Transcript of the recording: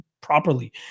properly